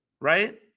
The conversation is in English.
right